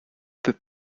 peut